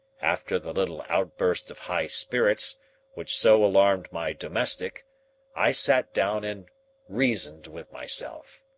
after the little outburst of high spirits which so alarmed my domestic i sat down and reasoned with myself.